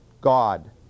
God